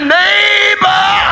neighbor